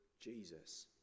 Jesus